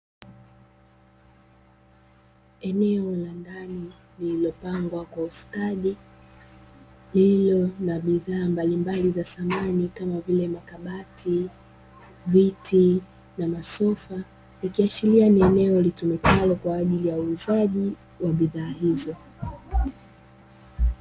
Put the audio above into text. Eneo la ndani lililopangwa kwa ustadi, lililo na bidhaa mbalimbali za samani kama vile makabati, viti na masofa ikiashiria ni eneo litumikalo kwa ajili ya uuzaji wa bidhaa hizo.